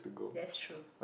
that's true